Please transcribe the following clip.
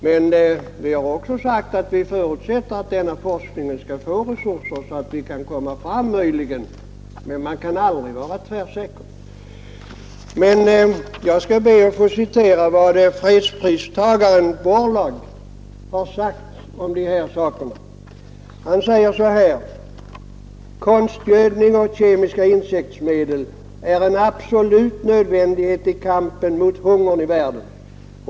Men vi har också sagt att vi förutsätter att forskningen skall få sådana resurser att den kan intensifiera forskningen. Jag skall be att få citera vad fredspristagaren Borlaug har sagt om denna fråga: ”Konstgödning och kemiska insektsmedel är en absolut nödvändighet i kampen mot hungern i världen.